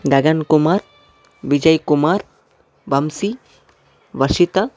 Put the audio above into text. Gagan Kumar Vijay Kumar Vamshi Varshita